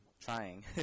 trying